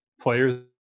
players